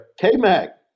K-Mac